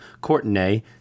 Courtenay